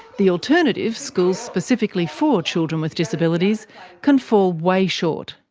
the alternative schools specifically for children with disabilities can fall way short.